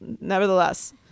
nevertheless